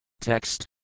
TEXT